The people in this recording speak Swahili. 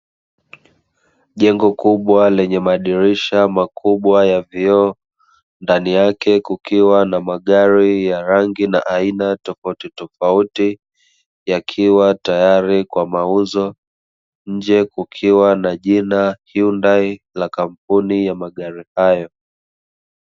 Jengo kubwa lenye madirisha makubwa ya vioo, ndani yake kukiwa na magari ya rangi na ain tofauti tofauti, yakiwa tayari kwa mauzo, nje kukiwa na jina "HYUNDAI" la kampuni ya magari hayo.